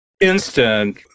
instant